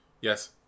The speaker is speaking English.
Yes